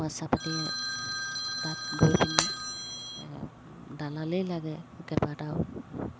পইচা পাতি তাত গৈ পিনি দালালেই লাগে কেইবাটাও